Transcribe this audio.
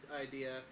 idea